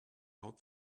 out